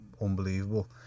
unbelievable